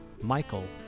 Michael